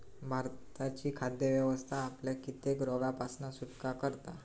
भारताची खाद्य व्यवस्था आपल्याक कित्येक रोगांपासना सुटका करता